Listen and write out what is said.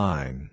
Line